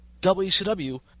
WCW